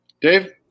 Dave